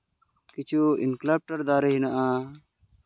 ᱠᱤᱪᱷᱩ ᱤᱭᱩᱠᱞᱮᱯᱚᱴᱟᱥ ᱫᱟᱨᱮ ᱦᱮᱱᱟᱜᱼᱟ